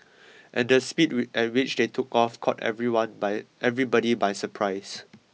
and the speed at which they took off caught everyone by everybody by surprise